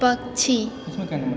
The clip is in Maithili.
पक्षी